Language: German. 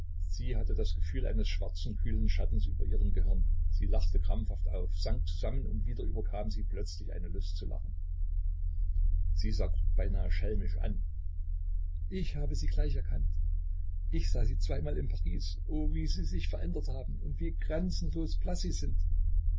sie hatte das gefühl eines schwarzen kühlen schattens über ihrem gehirn sie lachte krampfhaft auf sank zusammen und wieder überkam sie plötzlich eine lust zu lachen sie sah kruk beinahe schelmisch an ich habe sie gleich erkannt ich sah sie zweimal in paris o wie sie sich verändert haben und wie grenzenlos blaß sie sind